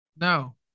no